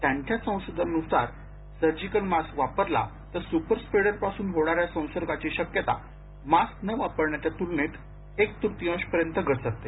त्यांच्या संशोधनान्सार surgical mask वापरला तर स्पर स्प्रेडर पासून होणाऱ्या संसर्गाची शक्यता मास्क न वापरप्याच्या तूलनेत एक तृतीयांशपर्यंत घसरते